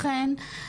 לכן,